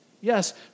Yes